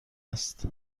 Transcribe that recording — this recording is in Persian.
است